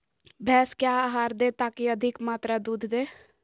भैंस क्या आहार दे ताकि अधिक मात्रा दूध दे?